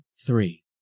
Three